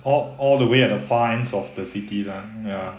all all the way at the far ends of the city lah ya